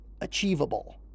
Achievable